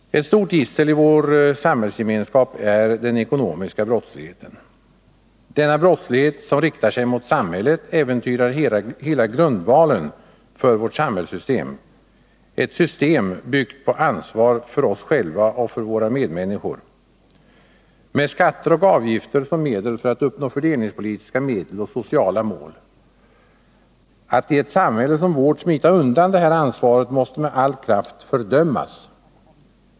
Ett stort gissel i vår samhällsgemenskap är den ekonomiska brottsligheten. Denna brottslighet som riktar sig mot samhället äventyrar hela grundvalen för vårt samhällssystem, ett system byggt på ansvar för oss själva och för våra medmänniskor och med skatter och avgifter som medel för att uppnå fördelningspolitiska och sociala mål. Att i ett samhälle som vårt smita undan detta ansvar måste med all kraft fördömas.